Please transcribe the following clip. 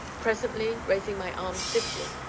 presently, raising my arm stiffly,